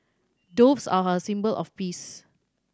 doves are a symbol of peace